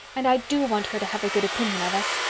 and i do want her to have a good opinion of us.